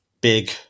big